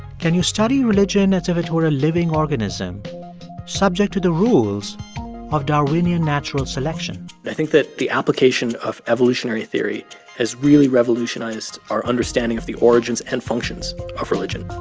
can you study religion as if it were a living organism subject to the rules of darwinian natural selection? i think that the application of evolutionary theory has really revolutionized our understanding of the origins and functions of religion